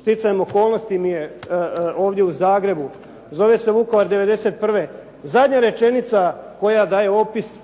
stjecajem okolnosti mi je ovdje u Zagrebu, zove se Vukovar '91. Zadnja rečenica koja daje opis